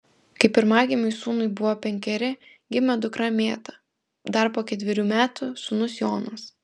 kai pirmagimiui sūnui buvo penkeri gimė dukra mėta dar po ketverių metų sūnus jonas